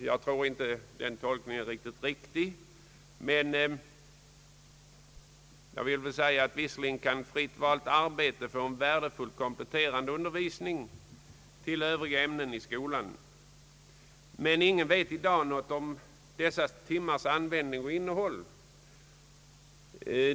Jag tror inte att denna tolkning är riktig. Visserligen kan fritt valt arbete vara en värdefull kompletterande undervisning till övriga ämnen i skolan, men ingen vet i dag något om dessa timmars användning och innehåll.